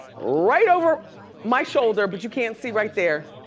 right over my shoulder, but you can't see right there,